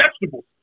vegetables